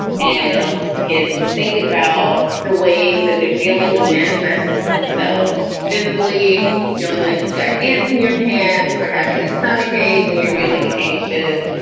and it helps kids to think about the ways that their feelings manifest themselves physically feeling like you've got aunts in your pants or having a stomachache when you're feeling anxious.